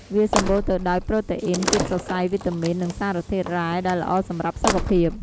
វាសម្បូរទៅដោយប្រូតេអ៊ីន ជាតិសរសៃ វីតាមីន និងសារធាតុរ៉ែ ដែលល្អសម្រាប់សុខភាព។